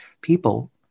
people